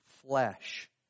flesh